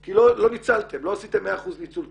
כי לא עשיתם מאה אחוז ניצול כסף,